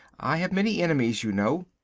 i have many enemies you know.